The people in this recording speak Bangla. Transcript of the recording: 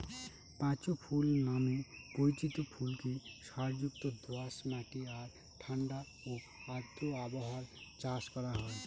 পাঁচু ফুল নামে পরিচিত ফুলকে সারযুক্ত দোআঁশ মাটি আর ঠাণ্ডা ও আর্দ্র আবহাওয়ায় চাষ করা হয়